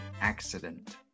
accident